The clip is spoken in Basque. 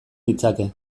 ditzake